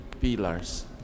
pillars